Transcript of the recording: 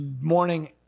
Morning